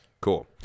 Cool